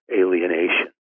alienation